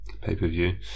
pay-per-view